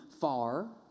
far